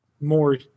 more